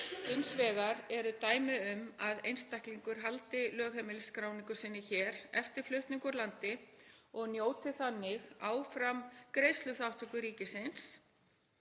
Hins vegar eru dæmi um að einstaklingur haldi lögheimilisskráningu sinni hér eftir flutning úr landi og njóti þannig áfram greiðsluþátttöku ríkisins